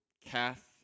Kath